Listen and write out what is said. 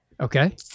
Okay